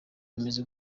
bimeze